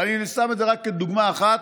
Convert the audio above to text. ואני שם את זה רק כדוגמה אחת,